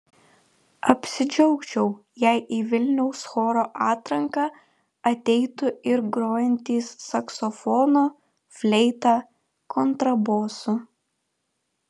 apsidžiaugčiau jei į vilniaus choro atranką ateitų ir grojantys saksofonu fleita kontrabosu